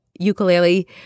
ukulele